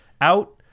out